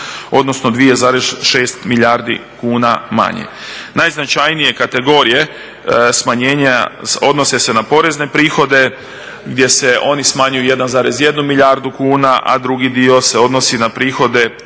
odnosno 2,6 milijardi kuna manje. Najznačajnije kategorije smanjenja odnose se na porezne prihode gdje se oni smanjuju 1,1 milijardu kuna, a drugi dio se odnosi na prihode